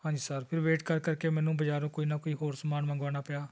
ਹਾਂਜੀ ਸਰ ਫਿਰ ਵੇਟ ਕਰ ਕਰਕੇ ਮੈਨੂੰ ਬਾਜ਼ਾਰੋਂ ਕੋਈ ਨਾ ਕੋਈ ਹੋਰ ਸਮਾਨ ਮੰਗਵਾਉਣਾ ਪਿਆ